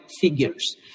figures